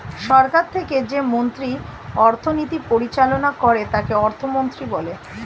সরকার থেকে যে মন্ত্রী অর্থনীতি পরিচালনা করে তাকে অর্থমন্ত্রী বলে